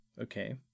okay